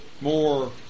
more